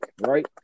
right